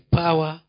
power